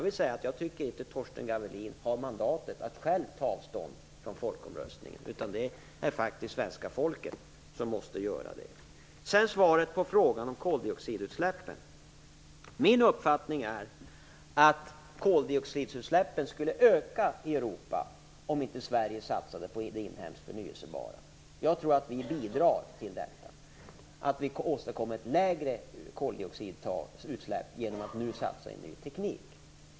Jag tycker inte att Torsten Gavelin har mandat att själv ta avstånd från folkomröstningen, utan det är faktiskt svenska folket som måste göra det. Sedan till svaret på frågan om koldioxidutsläppen. Min uppfattning är att koldioxidutsläppen skulle öka i Europa om inte Sverige satsade på det inhemskt förnybara. Jag tror att vi bidrar till att åstadkomma lägre koldioxidutsläpp genom att nu satsa på ny teknik.